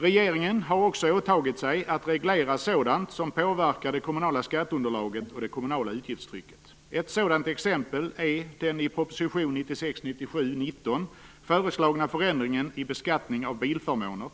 Regeringen har också åtagit sig att reglera sådant som påverkar det kommunala skatteunderlaget och det kommunala utgiftstrycket. Ett sådant exempel är den i proposition 1996/97:19 föreslagna förändringen i beskattning av bilförmåner